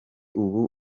ubu